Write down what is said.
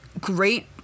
great